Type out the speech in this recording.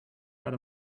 out